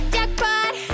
Jackpot